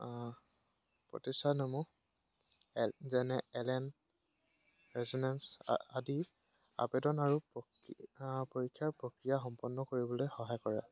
প্ৰতিষ্ঠানসমূহ এন যেনে এলেণ ৰেজ'নেঞ্চ আ আদি আবেদন আৰু পৰীক্ষাৰ প্ৰক্ৰিয়া সম্পন্ন কৰিবলৈ সহায় কৰে